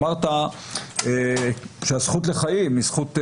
אמרת שהזכות לחיים היא זכות חשובה.